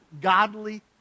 godly